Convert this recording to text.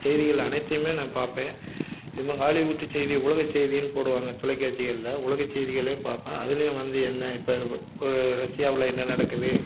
செய்திகள் அனைத்தையுமே நான் பார்ப்பேன் இன்னும் ஹாலிவுட் செய்தி உலகச் செய்தியின்னு போடுவாங்க தொலைக்காட்சிகள்ல உலகச் செய்திகளையும் பார்ப்பேன் அதுலேயும் வந்து என்ன இப்போ ஒரு ரஷ்யாவில் என்ன நடக்குது